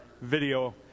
video